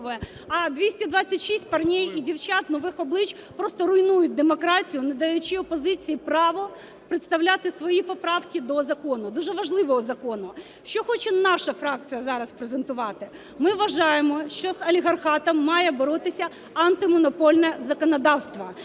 а 226 парней і дівчат, "нових облич", просто руйнують демократію, не даючи опозиції право представляти свої поправки до закону, дуже важливого закону. Що хоче наша фракція зараз презентувати? Ми вважаємо, що з олігархатом має боротися антимонопольне законодавство.